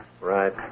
Right